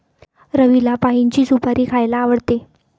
रवीला पाइनची सुपारी खायला आवडते